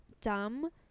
dumb